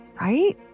Right